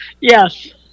Yes